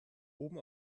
oben